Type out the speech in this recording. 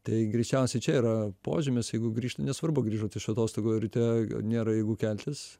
tai greičiausiai čia yra požymis jeigu grįžti nesvarbu grįžot iš atostogų o ryte nėra jėgų keltis